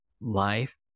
life